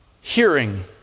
hearing